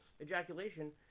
ejaculation